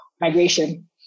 migration